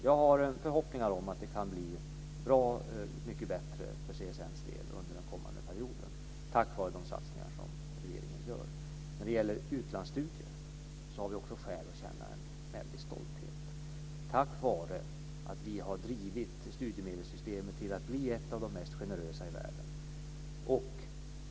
Jag har förhoppningar om att det kan bli bra mycket bättre för CSN:s del under den kommande perioden tack vare de satsningar som regeringen gör. När det gäller utlandsstudier har vi också skäl att känna en väldig stolthet, tack vare att vi har drivit studiemedelssystemet till att bli ett av de mest generösa i världen.